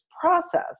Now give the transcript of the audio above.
process